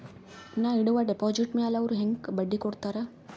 ನಾ ಇಡುವ ಡೆಪಾಜಿಟ್ ಮ್ಯಾಲ ಅವ್ರು ಹೆಂಗ ಬಡ್ಡಿ ಕೊಡುತ್ತಾರ?